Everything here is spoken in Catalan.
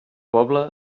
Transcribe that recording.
poble